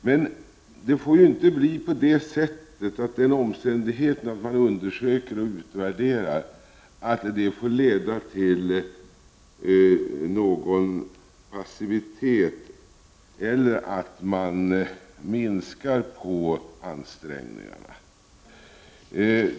Men det får ju inte bli på det sättet att den omständigheten att man undersöker och utvärderar får leda till någon passivitet eller till att man minskar på ansträngningarna.